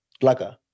Laka